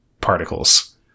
particles